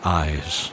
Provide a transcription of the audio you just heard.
eyes